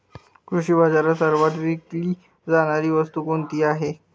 कृषी बाजारात सर्वात विकली जाणारी वस्तू कोणती आहे?